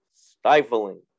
stifling